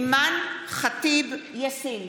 אימאן ח'טיב יאסין,